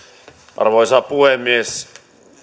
arvoisa puhemies